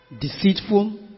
deceitful